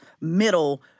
middle